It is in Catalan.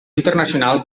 internacional